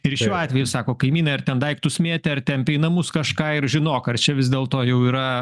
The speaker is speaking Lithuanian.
ir šiuo atveju sako kaimynai ar ten daiktus mėtė ar tempė į namus kažką ir žinok ar čia vis dėlto jau yra